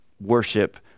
worship